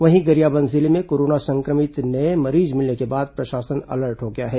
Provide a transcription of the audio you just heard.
वहीं गरियाबंद जिले में कोरोना संक्रमित नए मरीज मिलने के बाद प्रशासन अलर्ट हो गया है